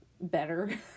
better